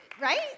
right